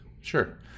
sure